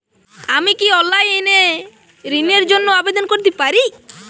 আমি কি অনলাইন এ ঋণ র জন্য আবেদন করতে পারি?